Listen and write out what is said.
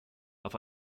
auf